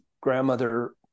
grandmother